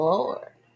Lord